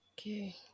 Okay